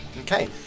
Okay